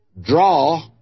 draw